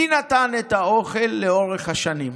מי נתן את האוכל לאורך השנים?